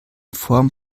form